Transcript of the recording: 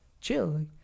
chill